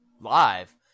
live